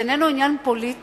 זה איננו עניין פוליטי,